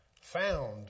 found